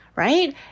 Right